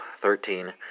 thirteen